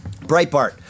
Breitbart